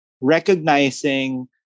recognizing